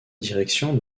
direction